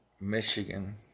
Michigan